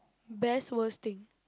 best worst thing